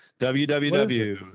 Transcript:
www